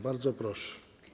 Bardzo proszę.